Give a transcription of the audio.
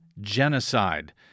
genocide